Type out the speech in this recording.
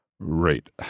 Right